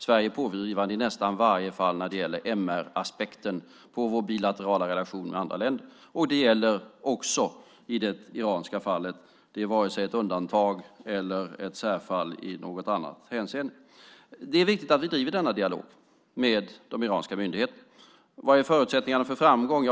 Sverige är pådrivande i nästan varje fall när det gäller MR-aspekten på vår bilaterala relation med andra länder. Det gäller också i det iranska fallet. Det är varken ett undantag eller ett särfall i något annat hänseende. Det är viktigt att vi driver denna dialog med de iranska myndigheterna. Vad är förutsättningarna för framgång?